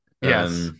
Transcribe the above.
Yes